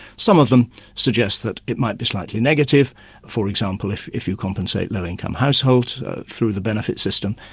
some of them suggest that it might be slightly negative for example, if if you compensate low income households through the benefit system,